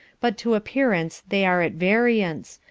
but to appearance they are at variance,